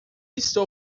estou